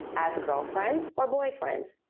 as girlfriend or boyfriend.